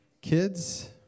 Kids